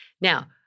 Now